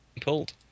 pulled